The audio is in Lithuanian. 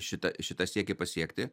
šitą šitą siekį pasiekti